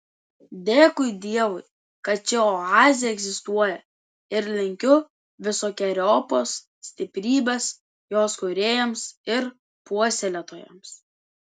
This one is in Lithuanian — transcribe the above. dėkui dievui kad ši oazė egzistuoja ir linkiu visokeriopos stiprybės jos kūrėjams ir puoselėtojams